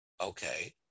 Okay